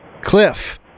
Cliff